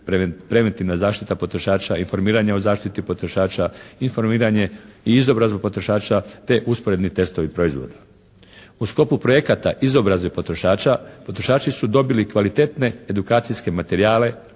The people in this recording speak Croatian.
preventivna zaštita potrošača, informiranje o zaštiti potrošača, informiranje i izobrazbu potrošača te usporedni testovi proizvoda. U sklopu projekata izobrazbe potrošača potrošači su dobili kvalitetne edukacijske materijale,